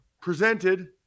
presented